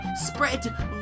spread